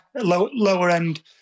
Lower-end